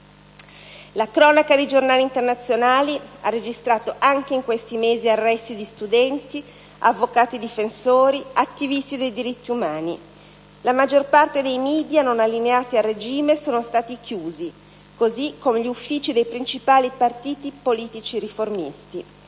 La cronaca dei giornali internazionali ha registrato, anche in questi mesi, arresti di studenti, avvocati difensori, attivisti dei diritti umani. La maggior parte dei *media* non allineati al regime è stata chiusa, così come gli uffici dei principali partiti politici riformisti.